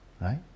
right